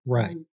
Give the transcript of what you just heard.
Right